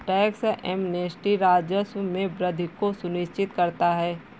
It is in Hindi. टैक्स एमनेस्टी राजस्व में वृद्धि को सुनिश्चित करता है